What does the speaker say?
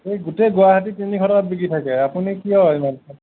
এই গোটেই গুৱাহাটীত তিনিশ টকাত বিকি থাকে আপুনি কিয় ইমান